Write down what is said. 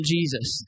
Jesus